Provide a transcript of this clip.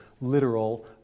literal